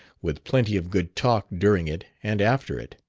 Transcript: with plenty of good talk during it and after it.